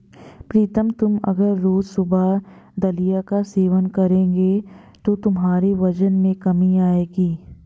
प्रीतम तुम अगर रोज सुबह दलिया का सेवन करोगे तो तुम्हारे वजन में कमी आएगी